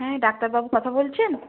হ্যাঁ ডাক্তারবাবু কথা বলছেন